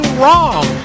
wrong